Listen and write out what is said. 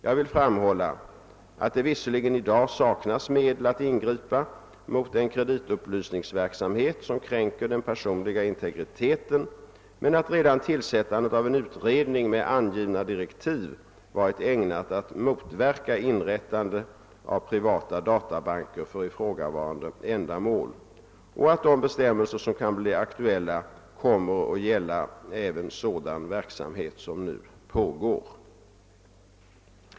Jag vill framhålla att det visserligen i dag saknas medel att ingripa mot en kreditupplysningsverksamhet som kränker den personliga integriteten men att redan tillsättandet av en utredning med angivna direktiv varit ägnat att motverka inrättandet av privata databanker för ifrågavarande ändamål och att de bestämmelser som kan bli aktuella kommer att gälla även sådan verksamhet som nu pågår.